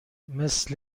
مثل